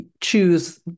choose